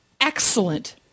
excellent